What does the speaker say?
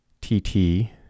T-T